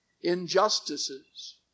Injustices